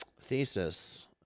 thesis